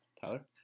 Tyler